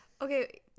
okay